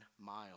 miles